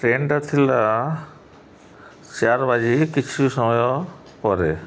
ଟ୍ରେନ୍ଟା ଥିଲା ଚାର ବାଜି କିଛୁ ସମୟ ପରେ